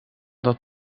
dat